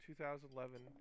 2011